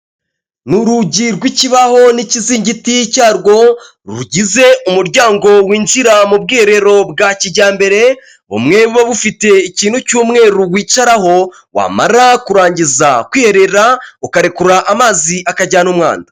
Ni urugi rw'ikibaho n'ikizingiti cyarwo, rugize umuryango winjira mu bwiherero bwa kijyambere, bumwe buba bufite ikintu cy'umweru wicaraho, wamara kurangiza kwiherera, ukarekura amazi akajyana umwanda.